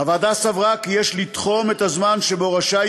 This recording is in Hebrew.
הוועדה סברה כי יש לתחום את הזמן שבו רשאי